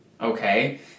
okay